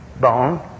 bone